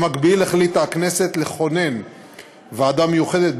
במקביל החליטה הכנסת לכונן ועדה מיוחדת,